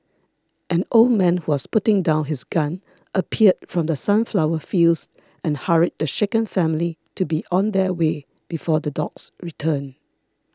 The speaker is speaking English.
an old man who was putting down his gun appeared from the sunflower fields and hurried the shaken family to be on their way before the dogs return